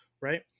right